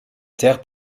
terre